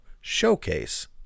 Showcase